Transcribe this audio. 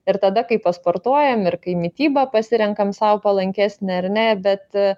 ir tada kai pasportuojam ir kai mitybą pasirenkam sau palankesnę ar ne bet